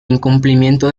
incumplimiento